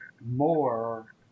more